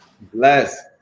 Bless